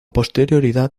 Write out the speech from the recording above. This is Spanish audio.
posterioridad